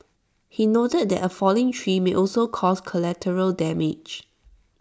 he noted that A falling tree may also cause collateral damage